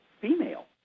female